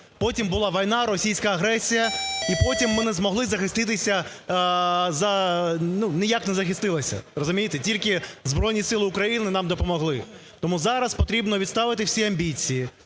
Потім була війна, російська агресія, і потім ми не змогли захиститися, ніяк не захистилися, розумієте, тільки Збройні Сили України нам допомогли. Тому зараз потрібно відставити всі амбіції,